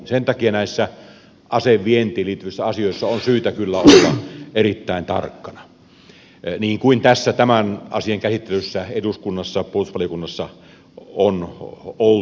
sen takia näissä asevientiin liittyvissä asioissa on syytä kyllä olla erittäin tarkkana niin kuin tässä tämän asian käsittelyssä eduskunnassa puolustusvaliokunnassa on oltukin